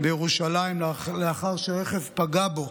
בירושלים לאחר שרכב פגע בו,